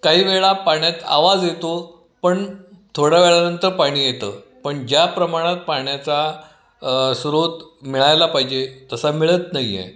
काही वेळा पाण्यात आवाज येतो पण थोड्या वेळानंतर पाणी येतं पण ज्या प्रमाणात पाण्याचा स्रोत मिळायला पाहिजे तसा मिळत नाही आहे